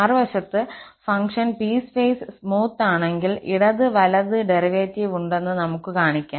മറുവശത്ത് function piecewise smooth ആണെങ്കിൽ ഇടത് വലത് ഡെറിവേറ്റീവ് ഉണ്ടെന്ന് നമുക്ക് കാണിക്കാം